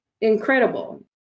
incredible